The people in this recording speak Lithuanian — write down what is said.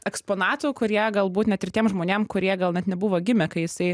eksponatų kurie galbūt net ir tiem žmonėm kurie gal net nebuvo gimę kai jisai